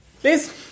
please